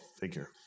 figure